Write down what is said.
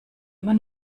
immer